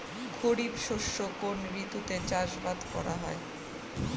খরিফ শস্য কোন ঋতুতে চাষাবাদ করা হয়?